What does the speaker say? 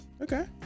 Okay